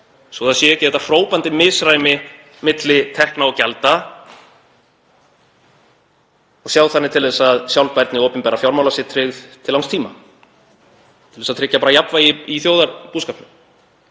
svo að ekki sé þetta hrópandi misræmi milli tekna og gjalda og sjá þannig til þess að sjálfbærni opinberra fjármála sé tryggð til langs tíma, til þess að tryggja jafnvægi í þjóðarbúskapnum.